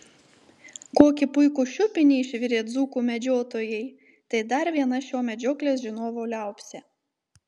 kokį puikų šiupinį išvirė dzūkų medžiotojai tai dar viena šio medžioklės žinovo liaupsė